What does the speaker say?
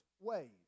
ways